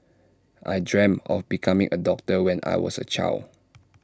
I dreamt of becoming A doctor when I was A child